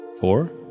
four